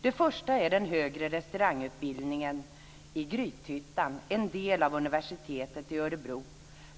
Det första är den högre restaurangutbildningen i Grythyttan, en del av Universitetet i Örebro.